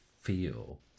feel